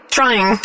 Trying